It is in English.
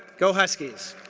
go huskies.